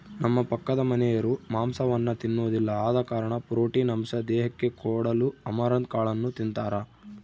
ನಮ್ಮ ಪಕ್ಕದಮನೆರು ಮಾಂಸವನ್ನ ತಿನ್ನೊದಿಲ್ಲ ಆದ ಕಾರಣ ಪ್ರೋಟೀನ್ ಅಂಶ ದೇಹಕ್ಕೆ ಕೊಡಲು ಅಮರಂತ್ ಕಾಳನ್ನು ತಿಂತಾರ